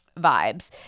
vibes